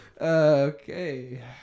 Okay